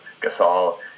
Gasol